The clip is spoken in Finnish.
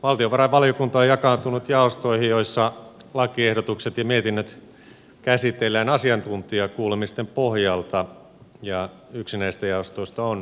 valtiovarainvaliokunta on jakaantunut jaostoihin joissa lakiehdotukset ja mietinnöt käsitellään asiantuntijakuulemisten pohjalta ja yksi näistä jaostoista on verojaosto